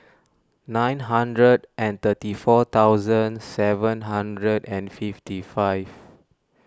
nine hundred and thirty four thousand seven hundred and fifty five